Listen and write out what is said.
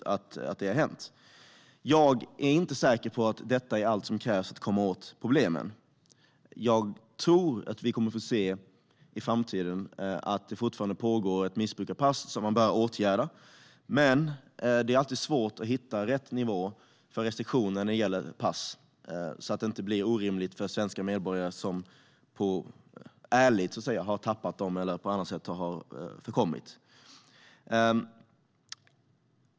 Jag är dock inte säker på att detta är allt som krävs för att komma åt problemen. Jag tror att vi i framtiden kommer att få se ett fortsatt missbruk av pass som man bör åtgärda, men det är alltid svårt att hitta rätt nivå för restriktioner när det gäller pass, så att det inte blir omöjligt för svenska medborgare som så att säga ärligt har tappat passet eller vars pass har förkommit.